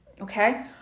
okay